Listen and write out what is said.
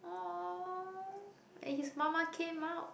oh and his mama came out